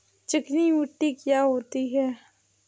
चिकनी मिट्टी क्या होती है?